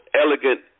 elegant